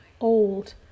old